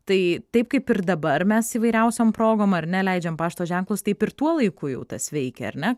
tai taip kaip ir dabar mes įvairiausiom progom ar ne leidžiam pašto ženklus taip ir tuo laiku jau tas veikė ar ne